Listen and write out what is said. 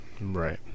Right